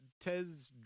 Tez